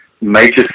major